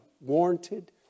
warranted